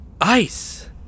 ice